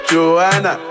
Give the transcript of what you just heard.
Joanna